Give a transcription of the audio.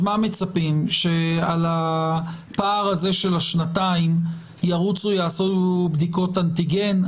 אז מצפים שעל הפער הזה של השנתיים ירוצו ויעשו בדיקות אנטיגן?